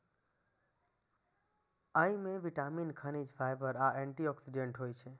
अय मे विटामिन, खनिज, फाइबर आ एंटी ऑक्सीडेंट होइ छै